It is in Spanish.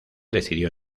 decidió